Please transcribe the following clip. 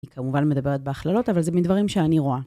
אני כמובן מדברת בהכללות, אבל זה מדברים שאני רואה.